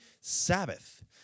Sabbath